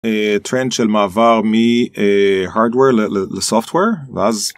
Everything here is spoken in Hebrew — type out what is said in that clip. טרנד של מעבר מ-hardware ל-software